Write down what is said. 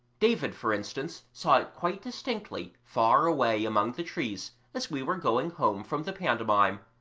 david, for instance, saw it quite distinctly far away among the trees as we were going home from the pantomime,